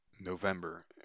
November